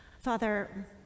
Father